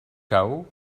chaos